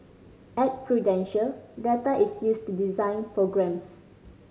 at Prudential data is used to design programmes